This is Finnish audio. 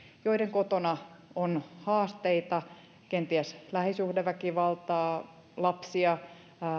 joiden kotona on haasteita kenties lähisuhdeväkivaltaa lapsia